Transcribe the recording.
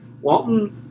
Walton